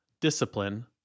discipline